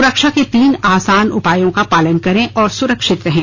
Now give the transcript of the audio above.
सुरक्षा के तीन आसान उपायों का पालन करें और सुरक्षित रहें